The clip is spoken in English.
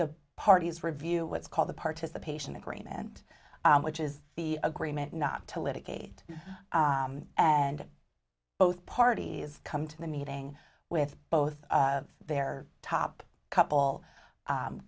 the parties review what's called the participation agreement which is the agreement not to litigate and both parties come to the meeting with both of their top couple